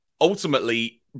ultimately